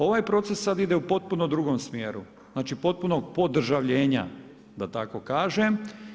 Ovaj proces sada ide u potpuno drugom smjeru, znači potpunog podržavljenja da tako kažem.